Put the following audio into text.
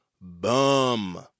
bum